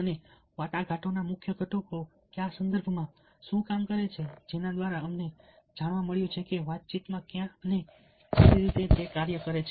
અને વાટાઘાટોના મુખ્ય ઘટકો કયા સંદર્ભમાં શું કામ કરે છે જેના દ્વારા અમને જણાવે છે કે વાતચીત ક્યાં અને કેવી રીતે કાર્ય કરે છે